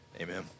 Amen